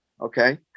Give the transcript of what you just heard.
Okay